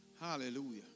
Hallelujah